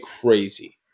crazy